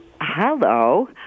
Hello